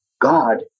God